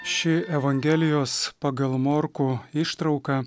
ši evangelijos pagal morkų ištrauka